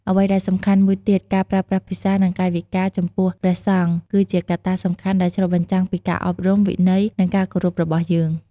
អ្វីដែលសំខាន់មួយទៀត ការប្រើប្រាស់ភាសា និងកាយវិការចំពោះព្រះសង្ឃ គឺជាកត្តាសំខាន់ដែលឆ្លុះបញ្ចាំងពីការអប់រំ វិន័យ និងការគោរពរបស់យើង។